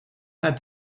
had